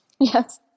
Yes